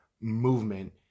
movement